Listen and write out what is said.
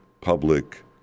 public